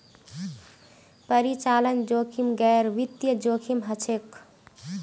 परिचालन जोखिम गैर वित्तीय जोखिम हछेक